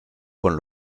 con